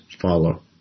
follow